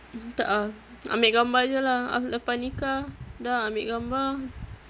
mm tak ah ambil gambar jer lah abeh lepas nikah dah ambil gambar